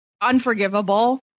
unforgivable